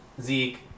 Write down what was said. Zeke